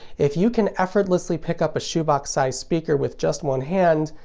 if you can effortlessly pick up a shoe-box size speaker with just one hand,